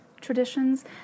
traditions